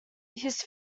his